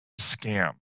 scam